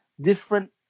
different